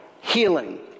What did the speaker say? healing